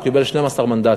הוא קיבל 12 מנדטים.